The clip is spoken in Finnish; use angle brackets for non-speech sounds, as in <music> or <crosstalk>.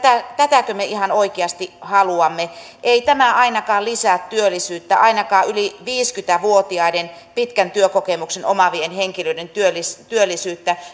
tätäkö me ihan oikeasti haluamme ei tämä ainakaan lisää työllisyyttä ainakaan yli viisikymmentä vuotiaiden pitkän työkokemuksen omaavien henkilöiden työllisyyttä <unintelligible>